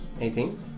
Eighteen